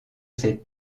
ses